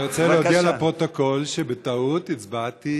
בטעות אני רוצה להודיע לפרוטוקול שבטעות הצבעתי